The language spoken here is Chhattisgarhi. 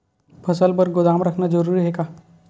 फसल बर गोदाम रखना जरूरी हे का?